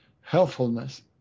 helpfulness